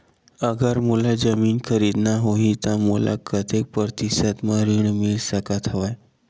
अगर मोला जमीन खरीदना होही त मोला कतेक प्रतिशत म ऋण मिल सकत हवय?